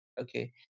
Okay